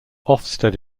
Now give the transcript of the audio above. ofsted